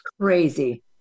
Crazy